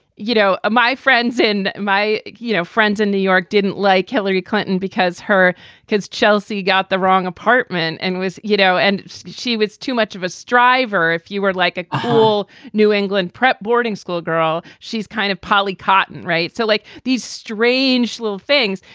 you know, ah my friends in my you know friends in new york didn't like hillary clinton because her kids, chelsea, got the wrong apartment and was, you know, and she was too much of a striver if you were like a whole new england prep boarding school girl. she's kind of poly cotton. right. so, like these strange little things,